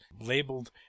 labeled